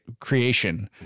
creation